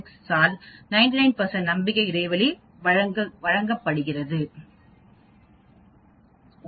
96 ஆல் 99 நம்பிக்கை இடைவெளி வழங்கப்படுகிறது